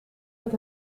met